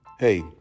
Hey